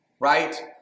right